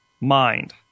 mind